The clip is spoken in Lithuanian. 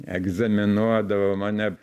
egzaminuodavo mane